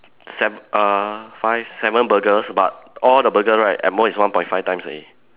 se~ err five seven burgers but all the burger right at most is one point five times only